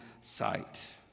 sight